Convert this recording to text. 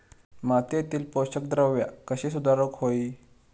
मातीयेतली पोषकद्रव्या कशी सुधारुक होई?